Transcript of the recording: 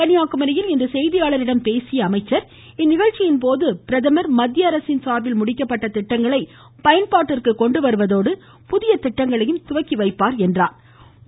கன்னியாகுமரியில் இன்று செய்தியாளர்களிடம் பேசிய அவர் இந்நிகழ்ச்சியின் போது பிரதமர் மத்திய அரசின் சார்பில் முடிக்கப்பட்ட திட்டங்களை பயன்பாட்டிற்கு கொண்டு வருவதோடு புதிய திட்டங்களையும் துவக்கி வைப்பார் என்றார்